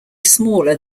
smaller